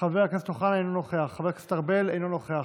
חבר הכנסת איימן עודה, אינו נוכח,